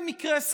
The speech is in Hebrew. במקרה,